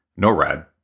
NORAD